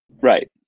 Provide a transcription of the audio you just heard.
Right